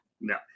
No